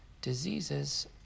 diseases